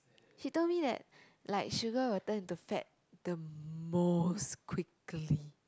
she told me that like sugar will turn into fat the most quickly